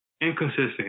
Inconsistent